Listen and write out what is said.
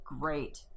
great